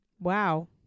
Wow